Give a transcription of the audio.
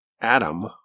Adam